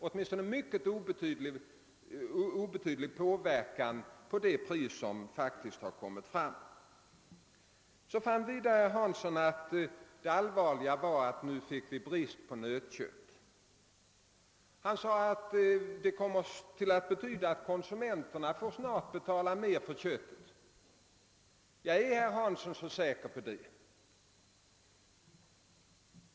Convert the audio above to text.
I varje fall har det endast mycket obetydligt påverkat det pris som faktiskt kommit fram. Vidare sade herr Hansson att det allvarliga nu var att vi fick brist på nötkött. Han sade att det kommer att betyda att konsumenterna snart får betala mer för köttet. är herr Hansson verkligen så säger på det?